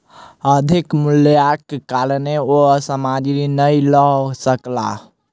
अधिक मूल्यक कारणेँ ओ सामग्री नै लअ सकला